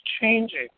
changing